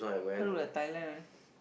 this one look like Thailand only